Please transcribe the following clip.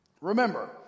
Remember